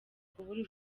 kubura